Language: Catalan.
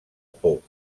pop